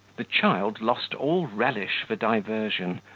the child lost all relish for diversion,